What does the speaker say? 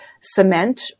cement